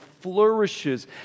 flourishes